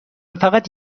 فقط